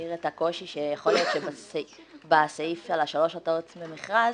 הבהיר את הקושי שיכול להיות שבסעיף של שלוש הצעות למכרז